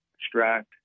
extract